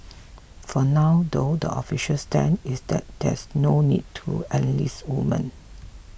for now though the official stand is that there's no need to enlist women